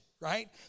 right